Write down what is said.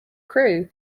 crew